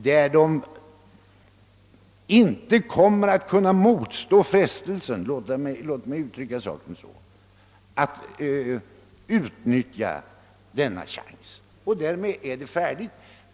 Det kommer inte att kunna motstå frestelsen — förlåt mig uttrycket — att utnyttja denna chans, och därmed är det färdigt.